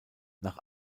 nach